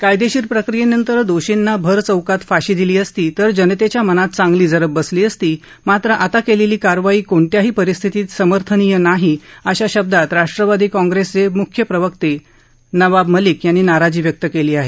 कायदेशीर प्रक्रियेनंतर दोषींना भर चौकात फाशी दिली असती तर जनतेच्या मनात चांगली जरब बसली असती मात्र आता केलेली कारवाई कोणत्याही परिस्थितीत समर्थनीय नाही अशा शब्दांत राष्ट्रवादी काँप्रेसचे मुख्य प्रवक्ते नवाब मलिक यांनी नाराजी व्यक्त केली आहे